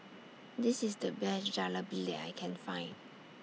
This IS The Best Jalebi that I Can Find